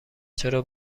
چرا